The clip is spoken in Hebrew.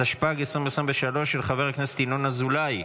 התשפ"ג 2023, של חבר הכנסת ינון אזולאי.